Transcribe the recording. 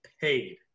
paid